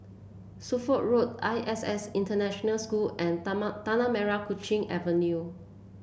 Suffolk Road I S S International School and Tanah Merah Kechil Avenue